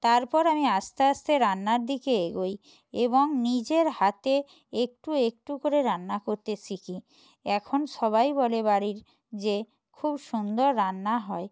তারপর আমি আস্তে আস্তে রান্নার দিকে এগোই এবং নিজের হাতে একটু একটু করে রান্না করতে শিখি এখন সবাই বলে বাড়ির যে খুব সুন্দর রান্না হয়